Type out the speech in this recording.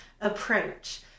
approach